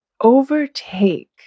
overtake